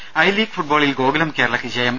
ദുദ I league ഫുട്ബാളിൽ ഗോകുലം കേരളക്ക് ജയം